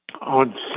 on